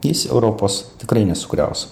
jis europos tikrai nesugriaus